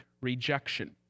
rejection